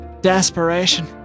desperation